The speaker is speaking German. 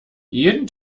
jeden